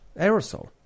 Aerosol